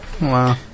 Wow